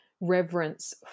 reverence